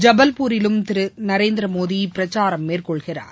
ஜபல்பூரிலும் திருநரேந்திரமோடிபிரச்சாரம் மேற்கொள்கிறார்